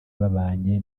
babanye